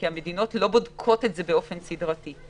כי המדינות לא בודקות את זה באופן סדרתי.